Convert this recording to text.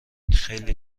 خیلی